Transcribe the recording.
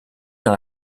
dans